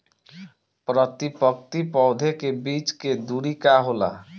प्रति पंक्ति पौधे के बीच के दुरी का होला?